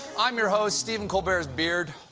i'm your host, stephen colbert's beard.